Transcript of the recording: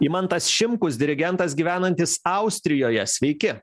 imantas šimkus dirigentas gyvenantis austrijoje sveiki